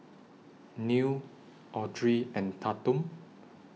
Neal Audry and Tatum